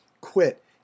quit